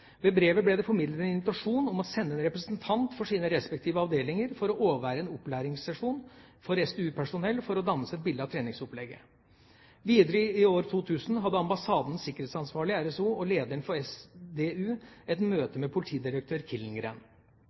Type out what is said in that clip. Ved brevet ble det formidlet en invitasjon om å sende en representant for sine respektive avdelinger for å overvære en opplæringssesjon for SDU-personell for å danne seg et bilde av treningsopplegget. Videre i år 2000 hadde ambassadens sikkerhetsansvarlig, RSO, og lederen for SDU et møte med politidirektør